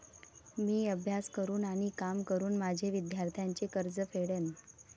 मी अभ्यास करून आणि काम करून माझे विद्यार्थ्यांचे कर्ज फेडेन